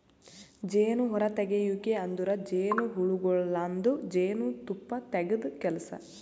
ಜೇನು ಹೊರತೆಗೆಯುವಿಕೆ ಅಂದುರ್ ಜೇನುಹುಳಗೊಳ್ದಾಂದು ಜೇನು ತುಪ್ಪ ತೆಗೆದ್ ಕೆಲಸ